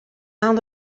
aan